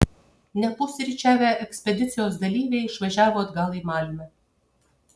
nepusryčiavę ekspedicijos dalyviai išvažiavo atgal į malmę